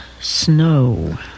snow